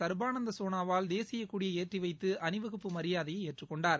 சர்பானந்த் சோனாவால் தேசியக்கொடியை ஏற்றி வைத்து அணிவகுப்பு மரியாதையை ஏற்றுக்கொண்டார்